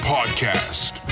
Podcast